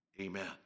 Amen